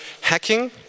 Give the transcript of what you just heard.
hacking